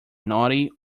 naughty